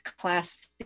Class